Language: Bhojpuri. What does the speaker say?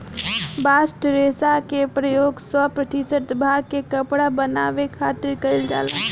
बास्ट रेशा के प्रयोग सौ प्रतिशत भांग के कपड़ा बनावे खातिर कईल जाला